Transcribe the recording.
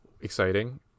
Exciting